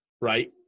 Right